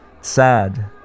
sad